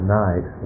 night